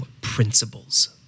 principles